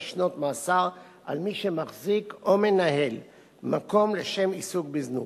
שנות מאסר על מי שמחזיק או מנהל מקום לשם עיסוק בזנות.